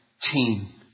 team